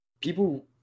people